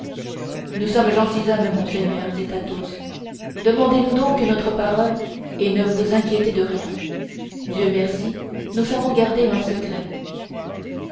nous sommes gentilshommes monseigneur dit athos demandeznous donc notre parole et ne vous inquiétez de rien dieu merci nous savons garder un secret